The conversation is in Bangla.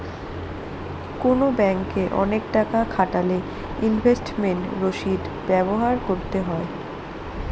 কোনো ব্যাঙ্কে অনেক টাকা খাটালে ইনভেস্টমেন্ট রসিদ ব্যবহার করতে হয়